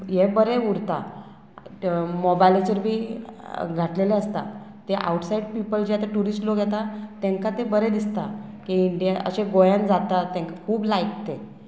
हें बरें उरता मोबायलाचेर बी घातलेलें आसता ते आवटसायड पिपल जे आतां ट्युरिस्ट लोक येता तांकां ते बरें दिसता की इंडिया अशे गोंयान जाता तांकां खूब लायक ते जालें